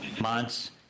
months